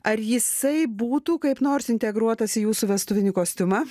ar jisai būtų kaip nors integruotas į jūsų vestuvinį kostiumą